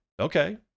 Okay